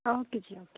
okay ਜੀ okay